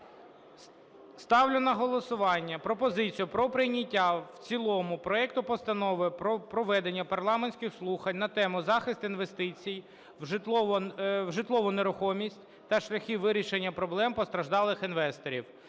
Ставлю на голосування пропозицію про прийняття в цілому проекту Постанови про проведення парламентських слухань на тему: "Захист інвестицій в житлову нерухомість та шляхи вирішення проблем постраждалих інвесторів"